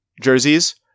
jerseys